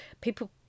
People